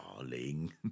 darling